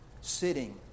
sitting